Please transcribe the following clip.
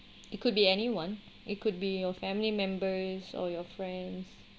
it could be anyone it could be your family members or your friends